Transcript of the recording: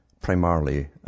primarily